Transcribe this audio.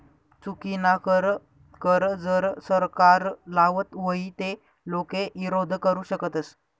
चुकीनाकर कर जर सरकार लावत व्हई ते लोके ईरोध करु शकतस